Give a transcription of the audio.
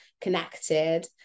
connected